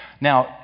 now